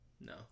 no